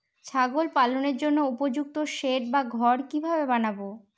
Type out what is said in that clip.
ছাগল পালনের জন্য উপযুক্ত সেড বা ঘর কিভাবে বানাবো?